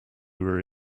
were